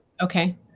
Okay